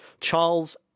Charles